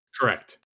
correct